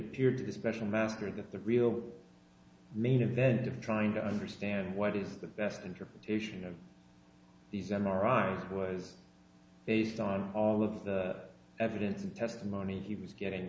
appeared the special master that the real main event of trying to understand what is the best interpretation of these m r i was based on all of the evidence and testimony he was getting